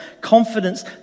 confidence